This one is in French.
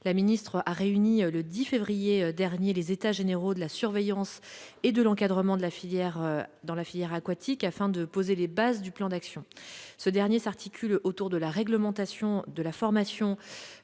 Celle-ci a réuni, le 10 février dernier, les états généraux de l'encadrement et de la surveillance dans la filière aquatique, afin de poser les bases d'un plan d'action. Ce dernier s'articule autour de la réglementation, de la formation,